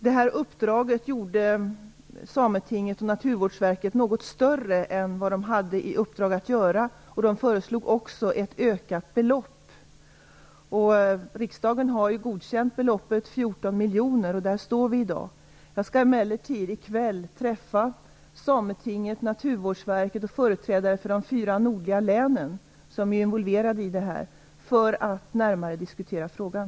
Det här uppdraget gjorde sametinget och Naturvårdsverket något större av än vad de hade i uppdrag att göra, och de föreslog också ett ökat belopp. Riksdagen har godkänt beloppet 14 miljoner, och där står vi i dag. Jag skall emellertid i kväll träffa företrädare för sametinget, Naturvårdsverket och de fyra nordliga län som är involverade i det här för att närmare diskutera frågan.